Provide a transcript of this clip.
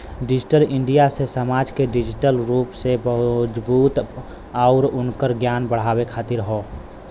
digital India से समाज के डिजिटल रूप से मजबूत आउर उनकर ज्ञान बढ़ावे खातिर हौ